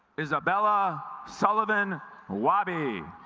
isabella sullivan wahby